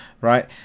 right